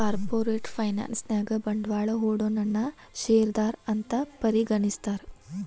corporate finance ನ್ಯಾಗ ಬಂಡ್ವಾಳಾ ಹೂಡೊನನ್ನ ಶೇರ್ದಾರಾ ಅಂತ್ ಪರಿಗಣಿಸ್ತಾರ